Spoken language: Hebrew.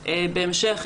בהמשך,